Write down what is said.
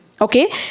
Okay